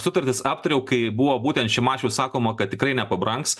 sutartis aptariau kaip buvo būtent šimašiui sakoma kad tikrai nepabrangs